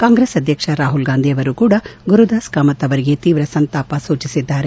ಕಾಂಗ್ರೆಸ್ ಅಧ್ಯಕ್ಷ ರಾಹುಲ್ಗಾಂಧಿ ಅವರೂ ಕೂಡ ಗುರುದಾಸ್ ಕಾಮತ್ ಅವರಿಗೆ ತೀವ್ರ ಸಂತಾಪ ಸೂಜಿಸಿದ್ದಾರೆ